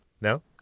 no